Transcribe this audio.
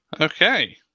Okay